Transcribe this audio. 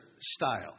style